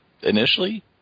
Initially